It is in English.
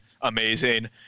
amazing